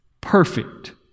perfect